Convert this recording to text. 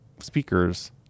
speakers